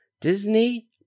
Disney